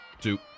two